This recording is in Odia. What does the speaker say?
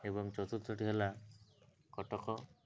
ଏବଂ ଚତୁର୍ଥଟି ହେଲା କଟକ